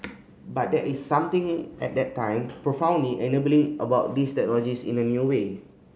but there is something at that time profoundly enabling about these technologies in a new way